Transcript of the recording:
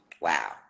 wow